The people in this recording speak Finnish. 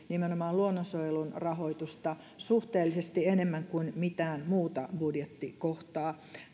nimenomaan luonnonsuojelun rahoitusta suhteellisesti enemmän kuin mitään muuta budjettikohtaa